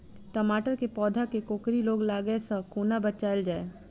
टमाटर केँ पौधा केँ कोकरी रोग लागै सऽ कोना बचाएल जाएँ?